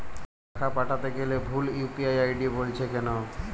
টাকা পাঠাতে গেলে ভুল ইউ.পি.আই আই.ডি বলছে কেনো?